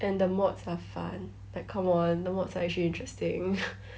and the mods are fun like come on the mods are actually interesting